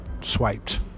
swiped